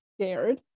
scared